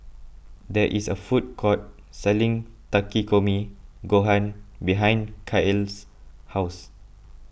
there is a food court selling Takikomi Gohan behind Kael's house